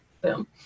Boom